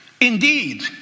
Indeed